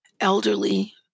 elderly